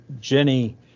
Jenny